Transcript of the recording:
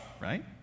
Right